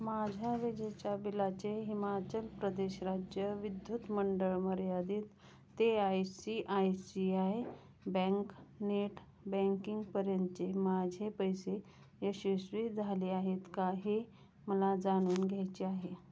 माझ्या विजेच्या बिलाचे हिमाचल प्रदेश राज्य विद्युत मंडळ मर्यादित ते I C I C I bank net बँकिंगपर्यंतचे माझे पैसे यशस्वी झाले आहेत का हे मला जाणून घ्यायचे आहे